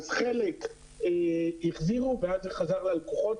אז חלק החזירו ואז זה חזר ללקוחות.